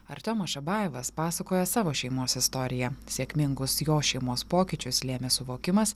artiomas šabajevas pasakoja savo šeimos istoriją sėkmingus jo šeimos pokyčius lėmė suvokimas